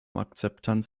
akzeptanz